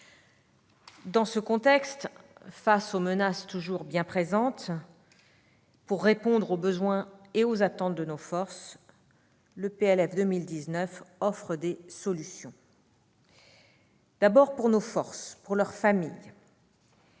Dans ce contexte, face aux menaces toujours bien présentes, pour répondre aux besoins et aux attentes de nos forces, le PLF 2019 offre des solutions. D'abord pour nos forces, pour leurs familles.